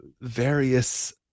various